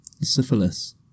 Syphilis